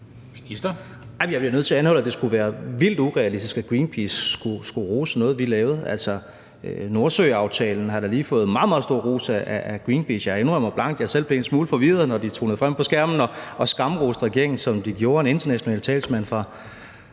Jeg bliver nødt til at anholde, at det skulle være vildt urealistisk, at Greenpeace skulle rose noget, vi lavede. Altså, Nordsøaftalen har da lige fået meget, meget stor ros af Greenpeace. Jeg indrømmer blankt, at jeg selv blev en smule forvirret, da de tonede frem på skærmen og skamroste regeringen, som de gjorde. En international talsmand for